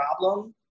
problem